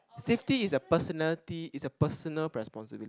safety is a personality is a personal responsibility